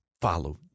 follow